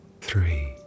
three